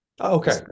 okay